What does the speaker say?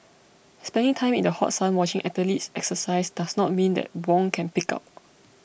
spending time in the hot sun watching athletes exercise does not mean that Wong can pig out